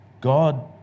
God